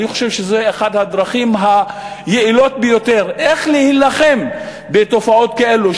אני חושב שזאת אחת הדרכים היעילות ביותר להילחם בתופעות כאלה,